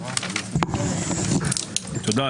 תודה,